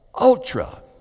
ultra